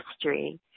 history